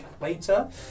later